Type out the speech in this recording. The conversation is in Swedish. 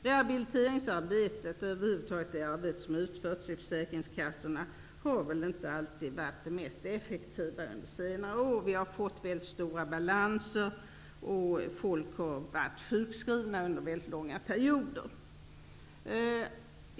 Rehabiliteringsarbetet, och över huvud taget det arbete som utförs hos försäkringskassorna, har inte alltid varit det mest effektiva under senare år. Vi har fått mycket stora balanser, och människor har varit sjukskrivna under mycket långa perioder.